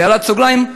בהערת סוגריים,